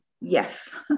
Yes